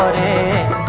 a